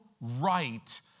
right